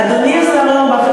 אדוני השר אורבך,